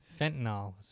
Fentanyl